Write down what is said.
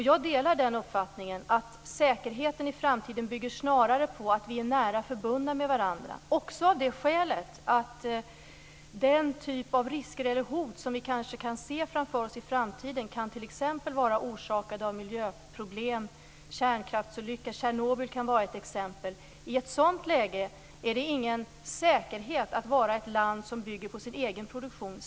Jag delar uppfattningen att säkerheten i framtiden snarare bygger på att vi är nära förbundna med varandra, också av det skälet att den typ av risker eller hot som vi kanske kan se framför oss i framtiden kan vara orsakade t.ex. av miljöproblem och kärnkraftsolyckor. Tjernobyl kan vara ett exempel. I ett sådant läge är det inte säkert att vara ett land som bygger på sin egen produktion.